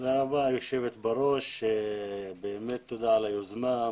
תודה רבה, היושבת בראש, על היוזמה.